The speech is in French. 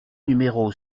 numéro